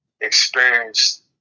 experienced